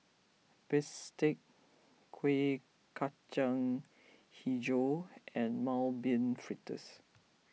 Bistake Kuih Kacang HiJau and Mung Bean Fritters